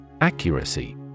Accuracy